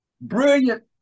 brilliant